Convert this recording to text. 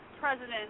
president